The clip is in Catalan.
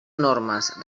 normes